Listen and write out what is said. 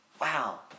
wow